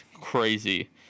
Crazy